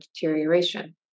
deterioration